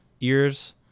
ears